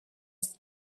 its